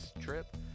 trip